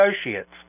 associates